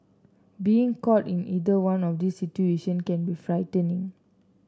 being caught in either one of these situation can be frightening